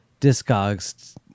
Discogs